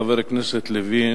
חבר הכנסת לוין,